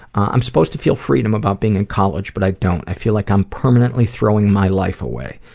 i'm supposed to feel freedom about being in college but i don't. i feel like i'm permanently throwing my life away.